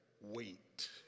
wait